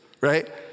right